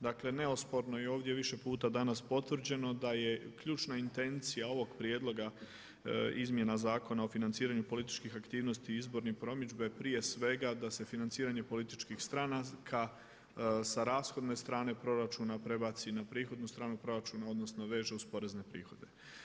Dakle, neosporno je ovdje više puta danas potvrđeno da je ključna intencija ovog prijedloga izmjena Zakona o financiranju političkih aktivnosti i izborne promidžbe prije svega da se financiranje političkih stranaka sa rashodne strane proračuna prebaci na prihodnu stranu proračuna odnosno veže uz porezne prihode.